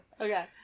Okay